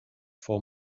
for